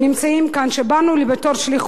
שבאנו בתור שליחות לשרת את